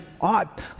ought